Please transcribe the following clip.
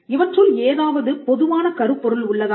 இவற்றுள் ஏதாவது பொதுவான கருப்பொருள் உள்ளதா